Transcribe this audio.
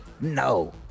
No